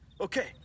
Okay